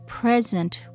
present